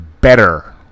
better